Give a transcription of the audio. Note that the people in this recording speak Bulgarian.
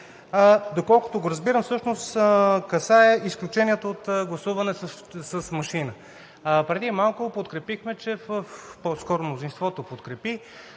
доколкото го разбирам, всъщност касае изключението от гласуване с машина. Преди малко подкрепихме, по-скоро мнозинството подкрепи,